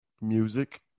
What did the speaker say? music